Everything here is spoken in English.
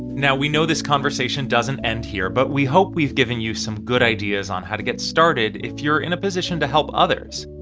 now, we know this conversation doesn't end here. but we hope we've given you some good ideas on how to get started, if you're in a position to help others.